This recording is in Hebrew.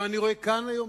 ואני רואה כאן היום,